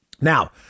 Now